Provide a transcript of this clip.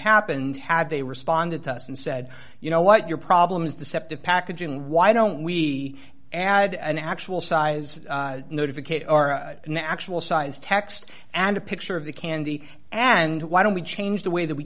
happened had they responded to us and said you know what your problem is deceptive packaging why don't we add an actual size notification or an actual size text and a picture of the candy and why don't we change the way that we